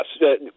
Yes